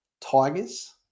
tigers